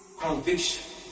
conviction